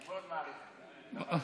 אני מאוד מעריך את זה.